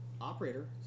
operator